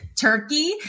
turkey